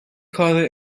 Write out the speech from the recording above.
کار